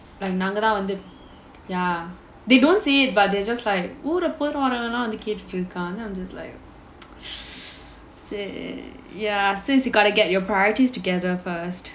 நாங்க தான் வந்து:naanga thaan vanthu ya they don't see it but they're just like ஊருல போற வரவன் லாம் கேட்டுட்டு இருக்கான்:oorula pora varavan laam kettuttu irukkaan then I'm just like ya sister you gotta get your priorities together first